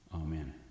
amen